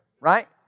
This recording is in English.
Right